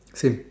same